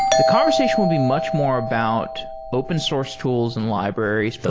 the conversation will be much more about open source tools and libraries, but